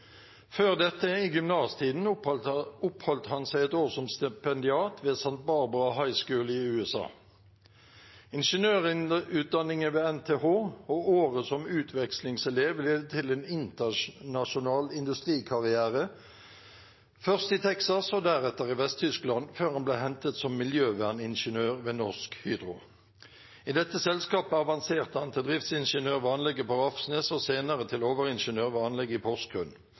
Før dette, i gymnastiden, oppholdt han seg et år som stipendiat ved Santa Barbara High School i USA. Ingeniørutdanningen ved NTH og året som utvekslingselev ledet til en internasjonal industrikarriere, først i Texas og deretter i Vest-Tyskland, før han ble hentet som miljøverningeniør ved Norsk